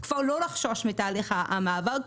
לא צריך לחשוש מתהליך המעבר,